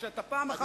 כשאתה פעם אחת,